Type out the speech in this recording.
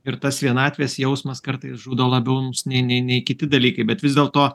ir tas vienatvės jausmas kartais žudo labiau nei nei kiti dalykai bet vis dėlto